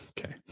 Okay